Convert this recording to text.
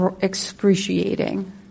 excruciating